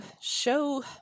show